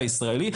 הישראלי,